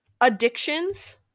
addictions